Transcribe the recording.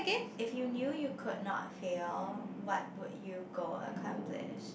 if you knew you could not fail what would you go accomplish